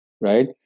right